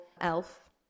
elf